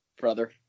brother